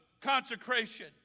consecration